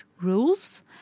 rules